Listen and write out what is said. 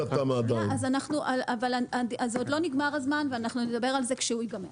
אז עוד לא נגמר הזמן ואנחנו נדבר על זה כשהוא ייגמר,